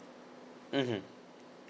mmhmm